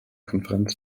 konferenz